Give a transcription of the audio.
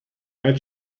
red